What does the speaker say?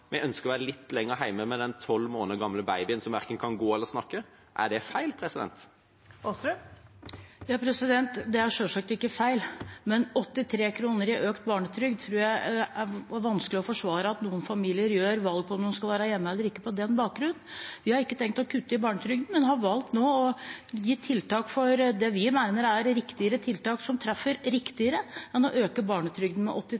en ønsker å være litt lenger hjemme med den 12 måneder gamle babyen som verken kan gå eller snakke – er det feil? Det er selvsagt ikke feil, men jeg tror det er vanskelig å forsvare at noen familier gjør valget om de skal være hjemme eller ikke, på bakgrunn av 83 kr i økt barnetrygd. Vi har ikke tenkt å kutte i barnetrygden, men har valgt tiltak som vi mener treffer riktigere enn å øke barnetrygden med